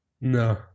No